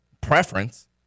preference